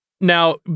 Now